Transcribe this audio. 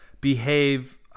behave